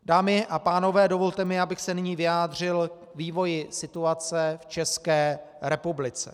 Dámy a pánové, dovolte mi, abych se nyní vyjádřil k vývoji situace v České republice.